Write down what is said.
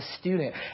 student